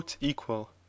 equal